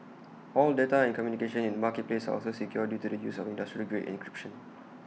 all data and communication in the marketplace are also secure due to the use of industrial grade encryption